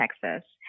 Texas